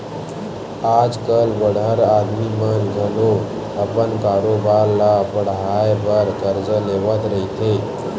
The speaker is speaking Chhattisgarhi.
आज कल बड़हर आदमी मन घलो अपन कारोबार ल बड़हाय बर करजा लेवत रहिथे